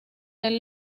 del